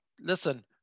listen